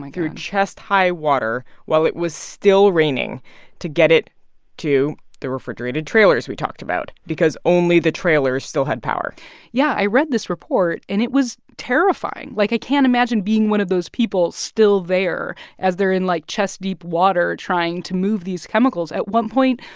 through and chest-high water while it was still raining to get it to the refrigerated trailers we talked about because only the trailers still had power yeah. i read this report, and it was terrifying. like, i can't imagine being one of those people still there as they're in, like, chest-deep water trying to move these chemicals. at one point,